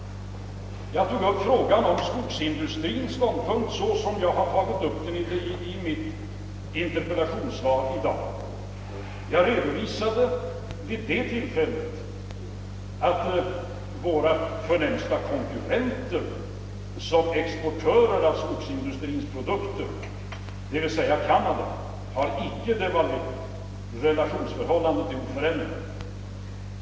Jag tog då upp frågan om skogsindustrins situation så som jag har tagit upp den i mitt interpellationssvar i dag. Jag redovisade vid presskonferensen att den ena av våra förnämsta konkurrenter som exportör av skogsprodukter, nämligen Canada, inte hade devalverat, varför relationerna var oförändrade.